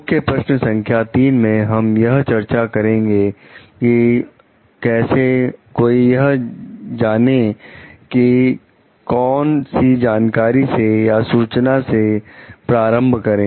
मुख्य प्रश्न संख्या 3 में हम यह चर्चा करेंगे कि कैसे कोई यह जाने की कौन सी जानकारी से या सूचना से प्रारंभ करें